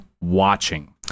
watching